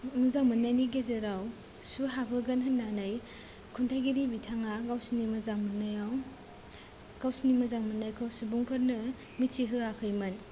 मोजां मोननायनि गेजेराव सु हाबहोगोन होननानै खन्थाइगिरि बिथाङा गावसिनि मोजां मोननायाव गावसोरनि मोजां मोननायखौ सुबुंफोरनो मिथिहोआखैमोन